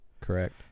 Correct